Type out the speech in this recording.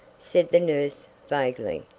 said the nurse, vaguely.